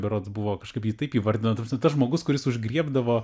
berods buvo kažkaip jį taip įvardino ta prasme tas žmogus kuris užgriebdavo